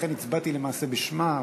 ולכן הצבעתי למעשה בשמה.